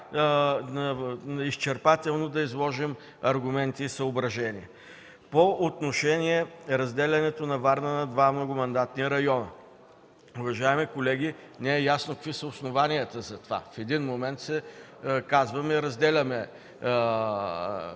изчерпателно да изложим аргументи и съображения по отношение разделянето на Варна на два многомандатни района. Уважаеми колеги, не е ясно какви са основанията за това. В един момент казваме – разделяме